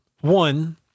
one